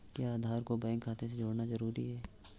क्या आधार को बैंक खाते से जोड़ना जरूरी है?